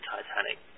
Titanic